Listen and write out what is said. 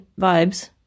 vibes